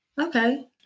Okay